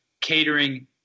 Catering